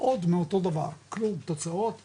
עוד מאותו דבר, כלום, תוצאות אפס,